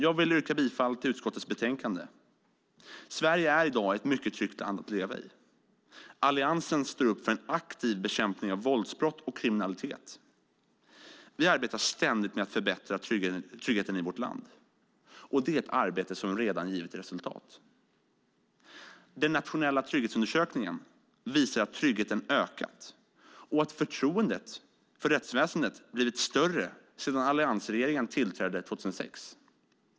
Jag yrkar bifall till förslaget i utskottets betänkande. Sverige är i dag ett mycket tryggt land att leva i. Alliansen står upp för en aktiv bekämpning av våldsbrott och annan kriminalitet. Vi arbetar ständigt med att förbättra tryggheten i vårt land, och det är ett arbete som redan har givit resultat. Den nationella trygghetsundersökningen visar att tryggheten har ökat och att förtroendet för rättsväsendet blivit större sedan alliansregeringen tillträdde 2006.